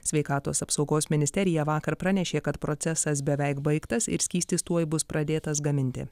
sveikatos apsaugos ministerija vakar pranešė kad procesas beveik baigtas ir skystis tuoj bus pradėtas gaminti